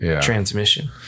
transmission